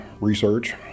research